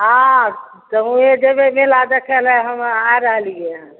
हाँ तऽ उहे जेबै मेला देखै लए हम आ रहललियै हन